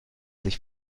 sich